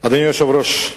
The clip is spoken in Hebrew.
אדוני היושב-ראש,